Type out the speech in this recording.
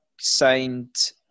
signed